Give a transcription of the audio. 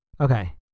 Okay